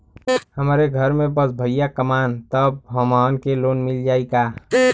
हमरे घर में बस भईया कमान तब हमहन के लोन मिल जाई का?